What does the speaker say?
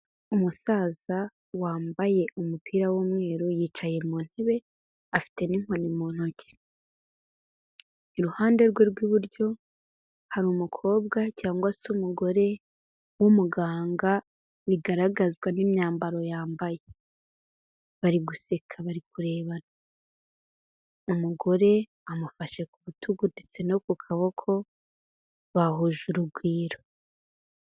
Umusaza wambaye umupira w'umweru, yicaye mu ntebe, afite n'inkoni mu ntoki, iruhande rwe rw'iburyo hari umukobwa, cyangwa se umugore w'umuganga bigaragazwa n'imyambaro yambaye. Bari guseka bari kurebana, umugore amufashe ku rutugu ndetse no ku kaboko bahuje urugwiro.